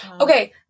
Okay